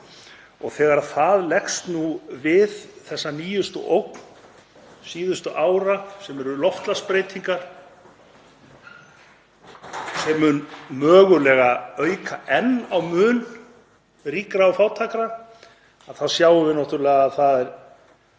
Þegar það leggst við þessa nýjustu ógn síðustu ára, sem eru loftslagsbreytingar, sem mun mögulega auka enn á mun ríkra og fátækra, sjáum við náttúrlega að það er